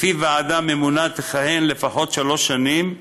שלפיו ועדה ממונה תכהן לפחות שלוש שנים,